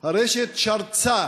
הרשת שרצה